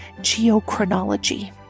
geochronology